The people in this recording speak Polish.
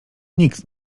nikt